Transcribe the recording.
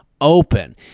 open